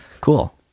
cool